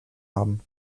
haben